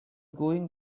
going